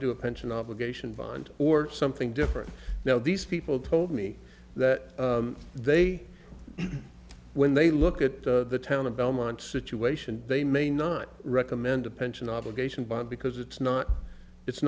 do a pension obligation bond or something different now these people told me that they when they look at the town of belmont situation they may not recommend a pension obligation bond because it's not it's